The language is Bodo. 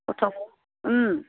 नंगौथ'